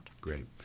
Great